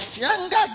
younger